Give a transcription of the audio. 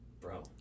bro